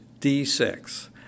D6